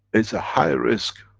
it's a high risk,